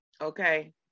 Okay